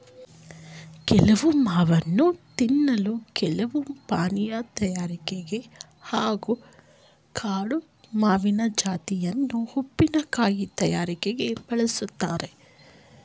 ಕೆಲವು ಮಾವನ್ನು ತಿನ್ನಲು ಕೆಲವು ಪಾನೀಯ ತಯಾರಿಕೆಗೆ ಹಾಗೂ ಕಾಡು ಮಾವಿನ ಜಾತಿಯನ್ನು ಉಪ್ಪಿನಕಾಯಿ ತಯಾರಿಕೆಗೆ ಬಳುಸ್ತಾರೆ